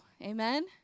Amen